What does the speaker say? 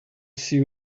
see